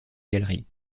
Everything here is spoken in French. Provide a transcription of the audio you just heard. galerie